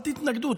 אל תתנגדו.